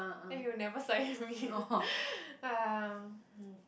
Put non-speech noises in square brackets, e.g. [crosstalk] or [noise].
then he will never side me [laughs] ah mm